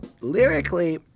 lyrically